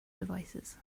devices